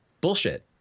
bullshit